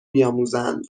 بیاموزند